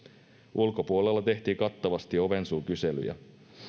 ulkopuolella tehtiin kattavasti ovensuukyselyjä